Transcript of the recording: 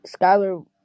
Skyler